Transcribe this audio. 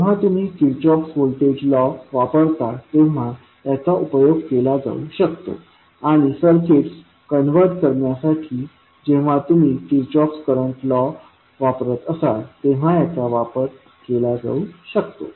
जेव्हा तुम्ही Kirchhoff voltage law वापरता तेव्हा याचा उपयोग केला जाऊ शकतो आणि सर्किट्स कन्व्हर्ट करण्यासाठी जेव्हा तुम्ही किर्चहॉफ करंट लॉ वापरत असाल तेव्हा याचा वापर केला जाऊ शकतो